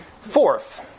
Fourth